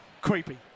Creepy